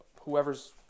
whoever's